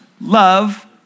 love